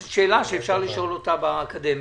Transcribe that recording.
זאת שאלה שאפשר לשאול אותה באקדמיה.